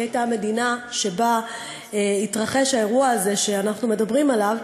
שהיא הייתה המדינה שבה התרחש האירוע הזה שאנחנו מדברים עליו,